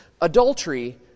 Adultery